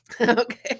Okay